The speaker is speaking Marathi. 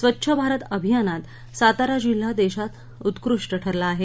स्वच्छ भारत अभियानात सातारा जिल्हा देशात उत्कृष्ट ठरला आहे